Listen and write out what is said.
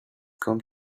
came